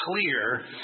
clear